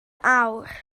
awr